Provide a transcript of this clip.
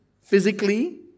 physically